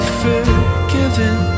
forgiven